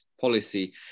policy